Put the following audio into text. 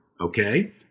okay